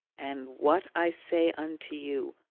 and what i say unto you,